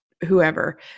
whoever